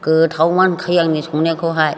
गोथाव मोनखायो आंनि संनायखौहाय